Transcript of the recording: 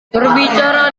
berbicara